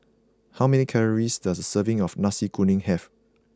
how many calories does a serving of Nasi Kuning have